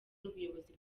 n’ubuyobozi